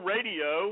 Radio